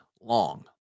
long